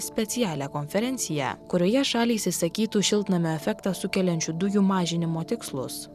specialią konferenciją kurioje šalys išsakytų šiltnamio efektą sukeliančių dujų mažinimo tikslus